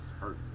hurt